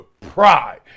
pride